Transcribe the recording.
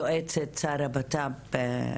יועצת שר הבט"פ,